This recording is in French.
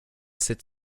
sept